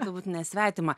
turbūt ne svetima